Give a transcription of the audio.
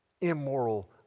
immoral